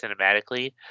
cinematically